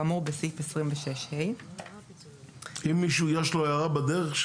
כאמור בסעיף 26ה. אם מישהו יש לו הערה בדרך,